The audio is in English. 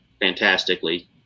fantastically